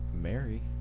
Mary